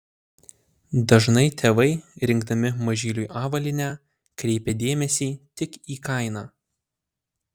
dažnai tėvai rinkdami mažyliui avalynę kreipia dėmesį tik į kainą